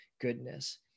goodness